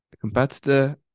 competitor